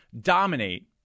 dominate